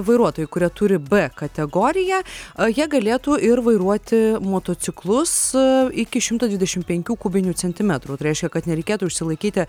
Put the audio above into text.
vairuotojai kurie turi b kategoriją jie galėtų ir vairuoti motociklus su iki šimto dvidešimt penkių kubinių centimetrų reiškia kad nereikėtų išsilaikyti